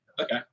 Okay